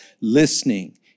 listening